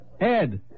Ed